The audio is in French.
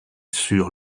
sur